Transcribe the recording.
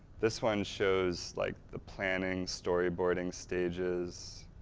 this one shows like the planning, story boarding stages,